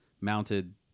mounted